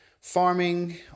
farming